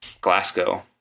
Glasgow